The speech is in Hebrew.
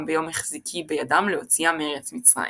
ביום החזיקי בידם להוציאם מארץ מצרים.